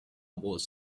wars